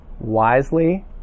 wisely